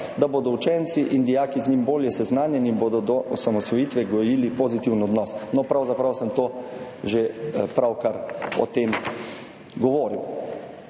da bodo učenci in dijaki z njim bolje seznanjeni in bodo do osamosvojitve gojili pozitiven odnos. No, pravzaprav sem o tem že pravkar govoril.